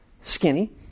Skinny